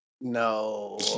No